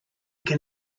can